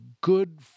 good